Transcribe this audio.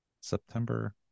September